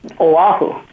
Oahu